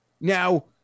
Now